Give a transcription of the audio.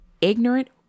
ignorant